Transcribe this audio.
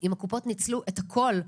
אם הקופות ניצלו את הכל,